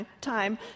time